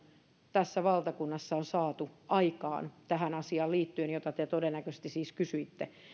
tässä valtakunnassa on saatu aikaan tähän asiaan liittyen jota te todennäköisesti siis kysyitte